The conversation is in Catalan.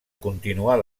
continuar